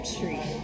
Street